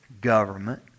government